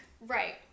Right